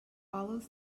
follows